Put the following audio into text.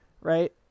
right